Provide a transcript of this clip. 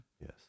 Yes